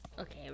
Okay